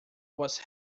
was